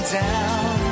down